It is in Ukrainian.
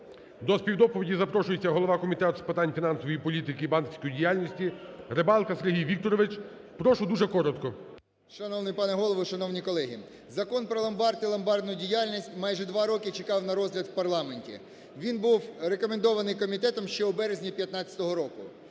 До співдоповіді запрошується голова Комітету з питань фінансової політики і банківської діяльності Рибалка Сергій Вікторович. Прошу дуже коротко. 13:56:28 РИБАЛКА С.В. Шановний пане Голово! Шановні колеги! Закон про ломбард і ломбардну діяльність майже два роки чекав на розгляд в парламенті. Він був рекомендований комітетом ще у березні 2015 року.